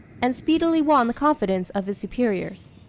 and speedily won the confidence of his superiors.